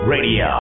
Radio